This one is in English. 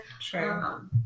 Sure